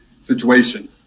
situation